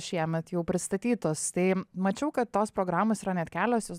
šiemet jau pristatytos tai mačiau kad tos programos yra net kelios jūs